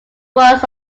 was